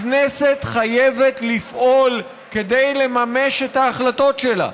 הכנסת חייבת לפעול כדי לממש את ההחלטות שלה.